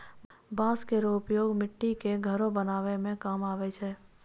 बांस केरो उपयोग मट्टी क घरो बनावै म काम आवै छै